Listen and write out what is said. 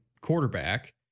quarterback